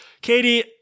Katie